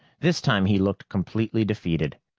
this time he looked completely defeated.